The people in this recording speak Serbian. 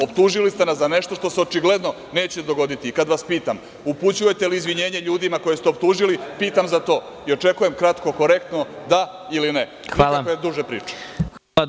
Optužili ste nas za nešto što se očigledno neće dogoditi i kada vas pitam upućujete li izvinjenje ljudima koje ste optužili, pitam za to i očekujem kratko, korektno – da ili ne, nikakve duže priče.